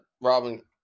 robin